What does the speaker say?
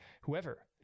whoever